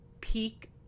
peak